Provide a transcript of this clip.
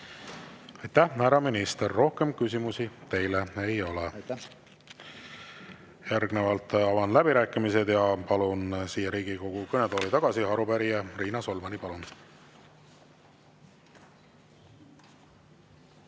Aitäh, proua minister! Rohkem küsimusi teile ei ole. Järgnevalt avan läbirääkimised ja palun Riigikogu kõnetooli tagasi arupärija Priit Sibula. Palun!